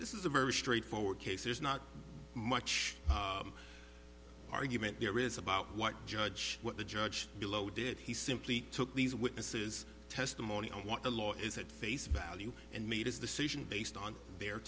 this is a very straightforward case there's not much argument here is about what judge what the judge below did he simply took these witnesses testimony of what the law is at face value and meet is the solution based on their